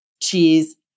cheese